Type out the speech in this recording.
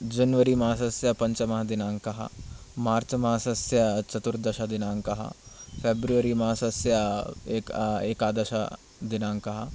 जनवरिमासस्य पञ्चमः दिनाङ्कः मार्च् मासस्य चतुर्दशदिनाङ्कः फेब्रवरि मासस्य एकादशदिनाङ्कः